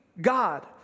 God